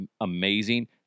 amazing